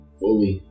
fully